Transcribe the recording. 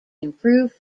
improved